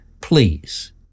Please